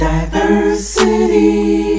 Diversity